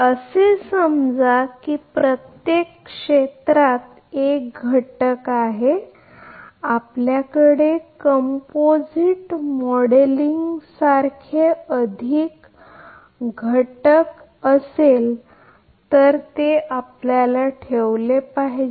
असे समजा की प्रत्येक क्षेत्रात एक युनिट आहे जर आपल्याकडे कंपोझिट मॉडेलिंग सारखे अधिक युनिट असेल तर आपल्याला ते ठेवले पाहिजे